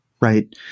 right